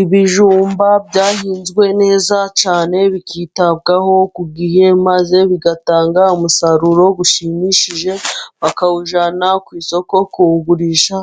Ibijumba byahinzwe neza cyane bikitabwaho ku gihe, maze bigatanga umusaruro ushimishije, bakawujyana ku isoko kuwugurisha,